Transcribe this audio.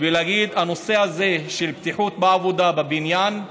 ולהגיד שהנושא הזה של בטיחות בעבודה בבניין,